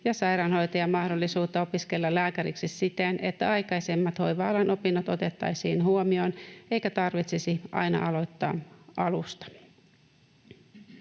ja sairaanhoitajan mahdollisuutta opiskella lääkäriksi siten, että aikaisemmat hoiva-alan opinnot otettaisiin huomioon eikä tarvitsisi aina aloittaa alusta.